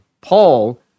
Paul